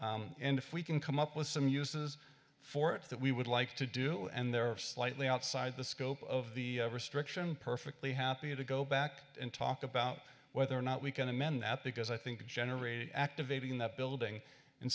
and if we can come up with some uses for it that we would like to do and there are slightly outside the scope of the restriction perfectly happy to go back and talk about whether or not we can amend that because i think generated activating that building in